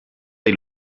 dei